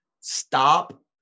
Stop